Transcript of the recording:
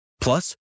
Plus